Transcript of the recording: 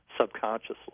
subconsciously